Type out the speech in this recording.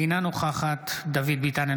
אינה נוכחת דוד ביטן,